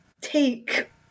take